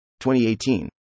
2018